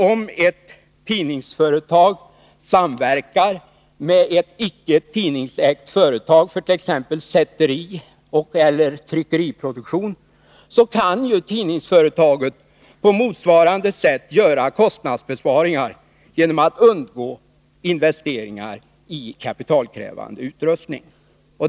Om ett tidningsföretag samverkar med ett icke-tidningsägt företag för t.ex. sättning eller tryckeriproduktion, kan ju tidningsföretaget göra kostnadsbesparingar genom att det undgår investeringar i kapitalkrävande utrustning.